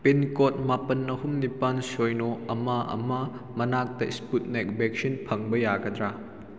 pincode ꯃꯥꯄꯜ ꯑꯍꯨꯝ ꯅꯤꯄꯥꯜ ꯁꯤꯅꯣ ꯑꯃ ꯑꯃ ꯃꯅꯥꯛꯇ ꯏꯁꯄꯨꯠꯅꯤꯛ ꯚꯦꯛꯁꯤꯟ ꯐꯪꯕ ꯌꯥꯒꯗ꯭ꯔꯥ